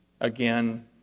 Again